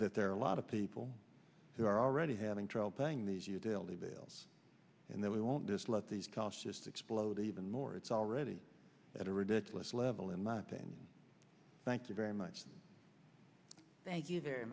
that there are a lot of people who are already having trouble paying these utility bills and they won't just let these costs just explode even more it's already at a ridiculous level and nothing thank you very much thank you very